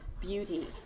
beauty